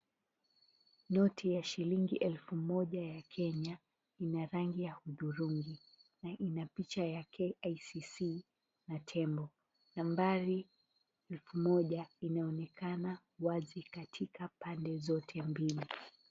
Noti ya shilingi elfu moja ya Kenya ina rangi ya hudhurungi na ina picha ya KICC na tembo. Nambari elfu moja inaonekana wazi katika pande zote mbili.